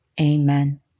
Amen